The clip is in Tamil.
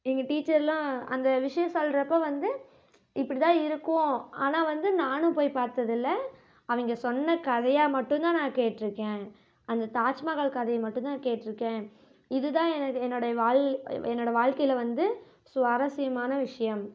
எங்கள் டீச்சர்லாம் அந்த விஷயம் சொல்றப்போ வந்து இப்படிதான் இருக்கும் ஆனால் வந்து நானும் போய் பார்த்ததில்ல அவங்க சொன்ன கதையாக மட்டும்தான் நான் கேட்டுருக்கேன் அந்த தாஜ்மஹால் கதையை மட்டும்தான் கேட்டுருக்கேன் இது தான் எனது என்னோடைய வாழ் என்னோட வாழ்க்கையில் வந்து சுவாரஸ்யமான விஷயம்